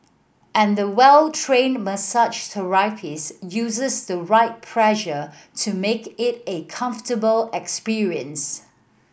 and the well trained massage therapist uses the right pressure to make it a comfortable experience